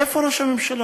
איפה ראש הממשלה?